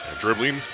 dribbling